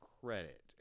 credit